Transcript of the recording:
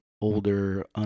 older